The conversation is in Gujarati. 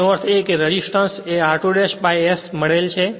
તેનો અર્થ એ કે રેસિસ્ટન્સ એ r2 ' s મળેલ છે